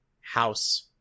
house